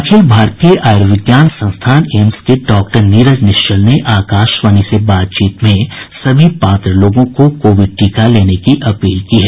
अखिल भारतीय आयुर्विज्ञान संस्थान एम्स के डॉक्टर नीरज निश्चल ने आकाशवाणी से बातचीत में सभी पात्र लोगों को कोविड टीका लेने की अपील की है